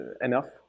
enough